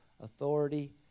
authority